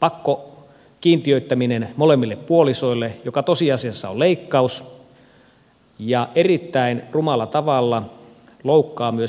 pakkokiintiöittäminen molemmille puolisoille joka tosiasiassa on leikkaus ja erittäin rumalla tavalla loukkaa myös perheiden valinnanvapautta